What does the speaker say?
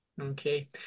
Okay